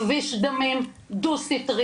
כביש דמים דו-סטרי,